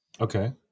Okay